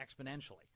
exponentially